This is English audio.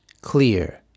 clear